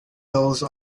those